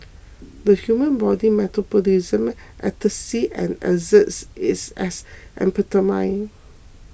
the human body metabolises ecstasy and excretes it as amphetamine